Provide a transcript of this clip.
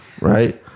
Right